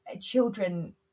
children